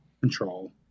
Control